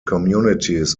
communities